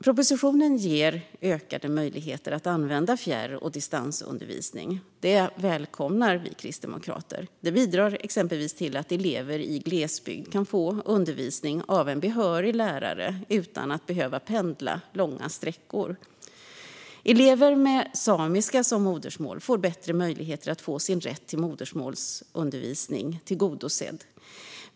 Propositionen ger ökade möjligheter att använda fjärr och distansundervisning. Det välkomnar vi kristdemokrater. Det bidrar exempelvis till att elever i glesbygd kan få undervisning av en behörig lärare utan att behöva pendla långa sträckor. Elever med samiska som modersmål får bättre möjligheter att få sin rätt till modersmålsundervisning tillgodosedd.